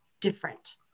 different